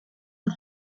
and